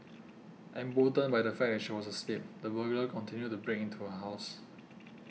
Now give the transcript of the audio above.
emboldened by the fact that she was asleep the burglar continued to break into her house